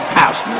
house